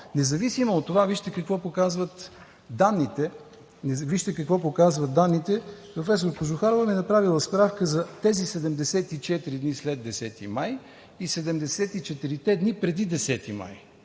независимо от това, вижте какво показват данните. Професор Кожухарова ми е направила справка за тези 74 дни след 10 май и 74-те дни преди 10 май.